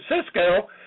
Cisco